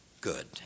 good